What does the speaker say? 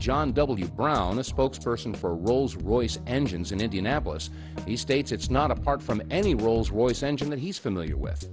john w brown the spokesperson for rolls royce engines in indianapolis he states it's not apart from any rolls royce engine that he's familiar with